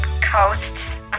coasts